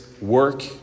work